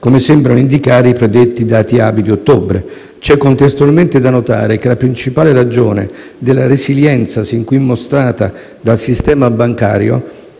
come sembrano indicare i predetti dati ABI di ottobre. C'è contestualmente da notare che la principale ragione della resilienza sin qui mostrata dal sistema bancario